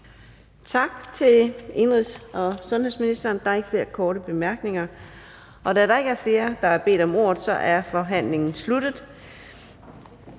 Tak til indenrigs- og sundhedsministeren. Der er ikke flere korte bemærkninger. Da der ikke er flere, der har bedt om ordet, er forhandlingen sluttet.